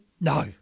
No